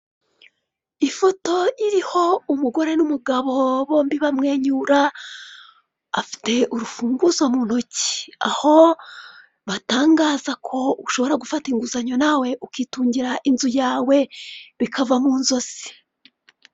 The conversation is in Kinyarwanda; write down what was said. Ifoto iriho umugore n' umugabo bombi bamwenyura afite urufunguzo mu ntoki, aho batangaza ko ushobora gufata inguzanyo nawe ukitungira inzu yawe bikava mu nzozi.